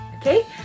okay